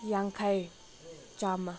ꯌꯥꯡꯈꯩ ꯆꯥꯝꯃ